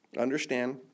understand